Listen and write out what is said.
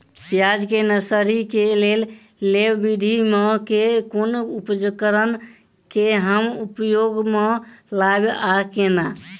प्याज केँ नर्सरी केँ लेल लेव विधि म केँ कुन उपकरण केँ हम उपयोग म लाब आ केना?